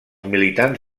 militants